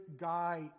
guy